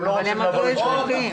הם לא רוצים לבוא לשירות לאומי.